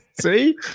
see